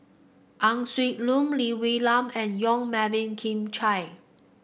Ang Swee Lun Lee Wee Nam and Yong Melvin Yik Chye